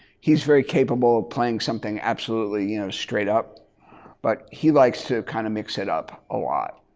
he's very capable of playing something absolutely you know straight up but he likes to kind of mix it up a lot.